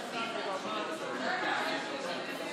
היו מגפות בעולם, היו התפרצויות,